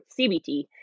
CBT